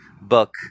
book